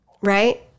Right